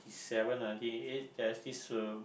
seven nineteen ninety eight there is this uh